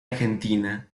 argentina